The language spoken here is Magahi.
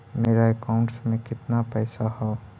मेरा अकाउंटस में कितना पैसा हउ?